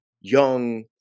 young